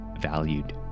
valued